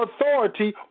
authority